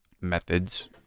methods